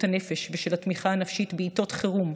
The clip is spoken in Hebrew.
הנפש ושל התמיכה הנפשית בעיתות חירום,